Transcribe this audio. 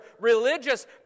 religious